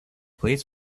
please